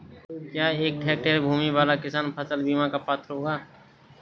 क्या एक हेक्टेयर भूमि वाला किसान फसल बीमा का पात्र होगा?